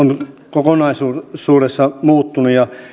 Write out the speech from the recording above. kokonaisuudessaan muuttunut ja